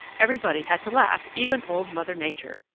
everybody had to laugh, even old mother nature.